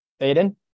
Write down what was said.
Aiden